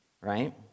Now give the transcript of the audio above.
right